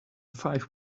five